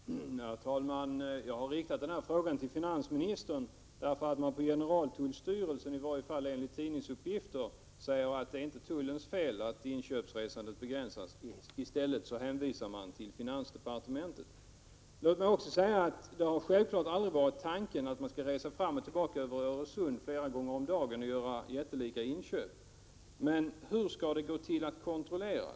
Herr talman! Jag har riktat denna fråga till finansministern eftersom man på generaltullstyrelsen, i varje fall enligt tidningsuppgifter, säger att det inte är tullens fel att inköpsresandet begränsas. Man hänvisar till finansdepartementet. Låt mig också säga att det självklart aldrig varit tanken att människor skall resa fram och tillbaka över Öresund flera gånger om dagen och göra jättelika inköp. Men hur skall det gå att kontrollera?